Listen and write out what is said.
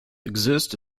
exist